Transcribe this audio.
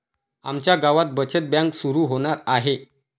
आमच्या गावात बचत बँक सुरू होणार आहे